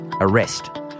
arrest